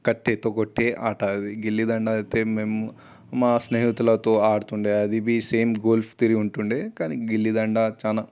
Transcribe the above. కట్టేతో కొట్టే ఆట అది గిల్లిదండ అయితే మేము మా స్నేహితులతో ఆడుతు ఉండే అది సేమ్ గోల్ఫ్ తీరు ఉంటుండే కానీ గిల్లిదండ చాలా